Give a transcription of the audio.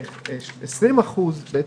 אצל 20 אחוז מהזוגות,